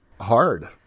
hard